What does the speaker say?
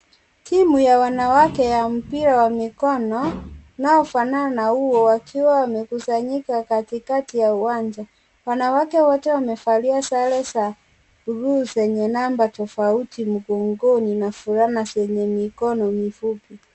Timu ya wanawake ya mpira wa mikono unaofanana na huo wakiwa wamekusanyika katikati ya uwanja. Wanawake wote wamevalia sare za bluu zenye namba tofauti mgongoni na fulana zenye mikono mifupi .